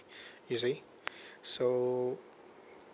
you see so